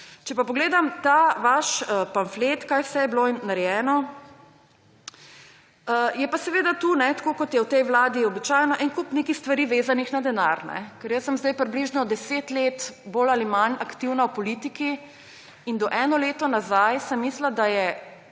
Če pa pogledam ta vaš pamflet, kaj vse je bilo narejeno, je pa seveda tu, tako kot je v tej vladi običajno, en kup nekih stvari vezanih na denar. Jaz sem zdaj približno 10 let, bolj ali manj, aktivna v politiki in do enega leta nazaj sem mislila, da je